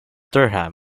durham